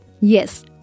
Yes